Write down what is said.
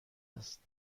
است